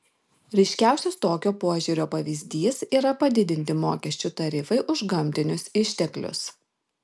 ryškiausias tokio požiūrio pavyzdys yra padidinti mokesčių tarifai už gamtinius išteklius